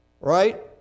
Right